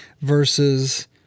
versus